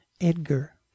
Edgar